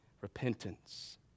repentance